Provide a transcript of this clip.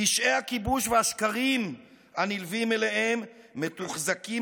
פשעי הכיבוש והשקרים הנלווים אליהם מתוחזקים